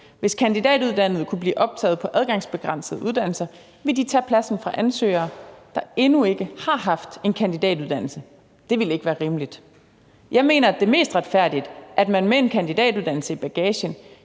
Hvis kandidatuddannede kunne blive optaget på adgangsbegrænsede uddannelser, ville de tage pladsen fra ansøgere, der endnu ikke har taget en kandidatuddannelse. Det ville ikke være rimeligt. Jeg mener, at det er mest retfærdigt, at man med en kandidatuddannelse i bagagen